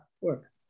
work